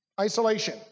Isolation